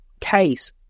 case